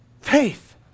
faith